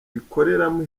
ikoreramo